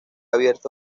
abierto